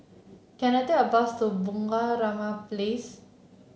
can I take a bus to Bunga Rampai Place